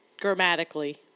grammatically